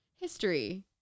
history